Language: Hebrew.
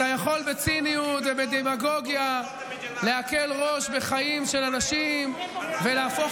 אתה יכול בציניות ובדמגוגיה להקל ראש בחיים של אנשים ולהפוך